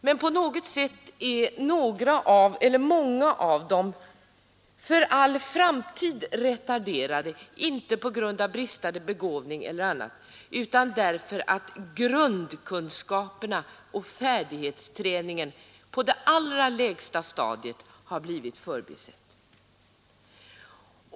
Men på något sätt är många av dem för all framtid retarderade inte på grund av bristande begåvning utan därför att grundkunskaperna och färdighetsträningen på det allra lägsta stadiet har blivit förbisedda.